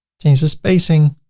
change the spacing,